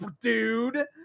dude